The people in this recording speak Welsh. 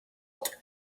fod